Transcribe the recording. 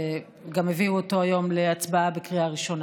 וגם הביאו אותו היום להצבעה בקריאה ראשונה.